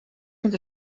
vind